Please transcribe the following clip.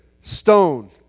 stone